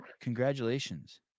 Congratulations